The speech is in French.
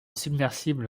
submersible